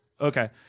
Okay